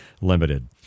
limited